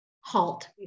halt